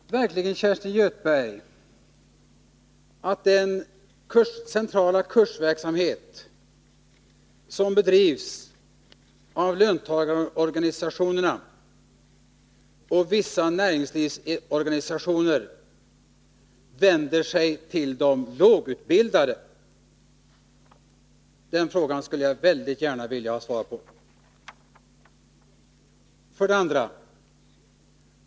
Herr talman! Påstår verkligen Kerstin Göthberg att den centrala kursverksamhet som bedrivs av löntagarorganisationerna och vissa näringslivsorganisationer vänder sig till de lågutbildade? Den frågan skulle jag mycket gärna vilja ha svar på.